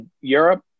Europe